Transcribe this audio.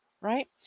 right